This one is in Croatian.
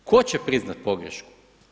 Tko će priznat pogrešku?